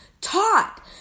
taught